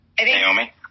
Naomi